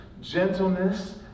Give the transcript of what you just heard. gentleness